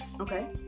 Okay